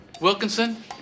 Wilkinson